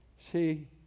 See